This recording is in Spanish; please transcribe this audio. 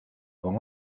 con